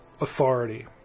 authority